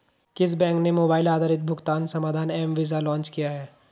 किस बैंक ने मोबाइल आधारित भुगतान समाधान एम वीज़ा लॉन्च किया है?